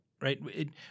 right